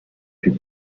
vue